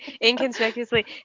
inconspicuously